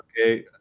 okay